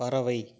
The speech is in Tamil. பறவை